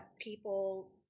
people